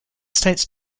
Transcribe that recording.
states